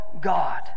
God